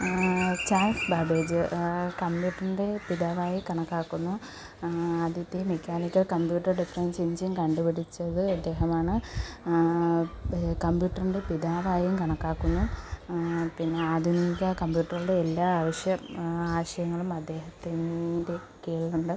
Charles Babbage കമ്പ്യൂട്ടറിൻ്റെ പിതാവായി കണക്കാക്കുന്നു ആദ്യത്തെ മെക്കാനിക്കൽ കമ്പ്യൂട്ടർ ഡിഫറൻസ് എഞ്ചിൻ കണ്ടുപിടിച്ചത് ഇദ്ദേഹമാണ് കമ്പ്യൂട്ടറിൻ്റെ പിതാവായും കണക്കാക്കുന്നു പിന്നെ ആധുനിക കമ്പ്യൂട്ടറിൻ്റെ എല്ലാ ആവശ്യം ആശയങ്ങളും അദ്ദേഹത്തിൻ്റെ കീഴിലുണ്ട്